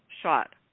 shot